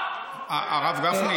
כולם.